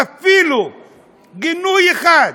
אפילו גינוי אחד,